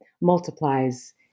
multiplies